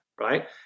right